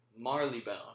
Marleybone